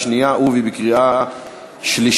אם כן, 32 בעד, ללא מתנגדים, ללא נמנעים.